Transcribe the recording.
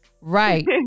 Right